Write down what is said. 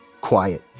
quiet